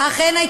הוא אמר שאכן